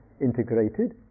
integrated